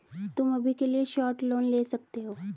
तुम अभी के लिए शॉर्ट लोन ले सकते हो